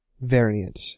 variant